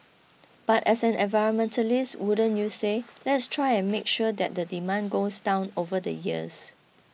but as an environmentalist wouldn't you say let's try and make sure that the demand goes down over the years